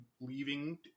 leaving